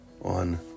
on